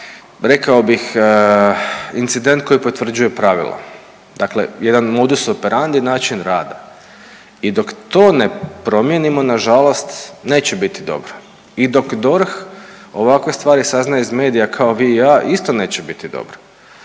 rekao bih incident koji potvrđuje pravilo. Dakle, jedan modus operandi način rada. I dok to ne promijenimo nažalost neće biti dobro. I dok DORH ovakve stvari saznaje iz medija kao vi i ja isto neće biti dobro